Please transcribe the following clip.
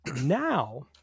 Now